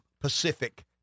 Pacific